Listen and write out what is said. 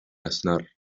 aznar